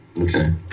Okay